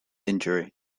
injury